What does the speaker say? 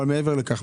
אבל מעבר לכך,